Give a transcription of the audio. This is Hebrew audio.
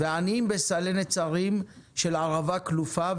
ועניים בסלי נצרים של ערבה קלופה,